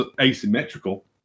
asymmetrical